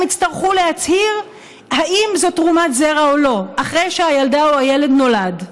הם יצטרכו להצהיר אם זו תרומת זרע או לא אחרי שהילדה או הילד נולד.